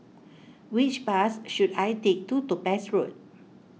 which bus should I take to Topaz Road